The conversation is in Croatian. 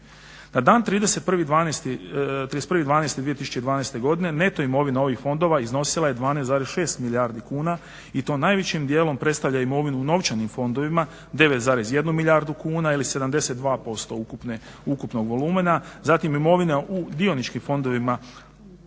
Na dan 31.12.2012. godine neto imovina ovih fondova iznosila je 12,6 milijardi kuna i to najvećim dijelom predstavlja imovinu u novčanim fondovima 9,1 milijardu kuna ili 72% ukupnog volumena. Zatim imovina u dioničkim fondovima